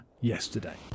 yesterday